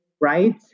Right